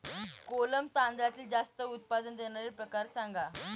कोलम तांदळातील जास्त उत्पादन देणारे प्रकार सांगा